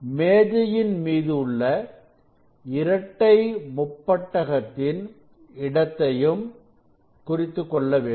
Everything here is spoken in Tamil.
மேஜையின் மீது உள்ள இரட்டைமுப்பட்டகத்தின் இடத்தையும் குறித்துக்கொள்ள வேண்டும்